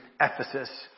Ephesus